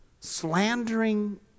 slandering